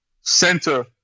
center